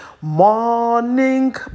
Morning